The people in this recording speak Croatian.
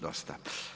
Dosta.